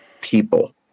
people